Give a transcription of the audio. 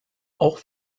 auch